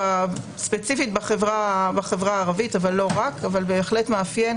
ספציפית בחברה הערבית אבל לא רק אך בהחלט מאפיין,